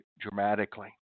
dramatically